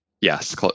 Yes